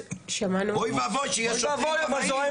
אוי ואבוי שיש שוטרים רמאים.